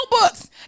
notebooks